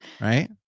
right